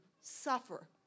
suffer